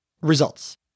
results